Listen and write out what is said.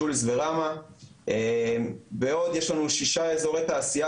ג'וליס וראמה ועוד יש לנו שישה אזורי תעשייה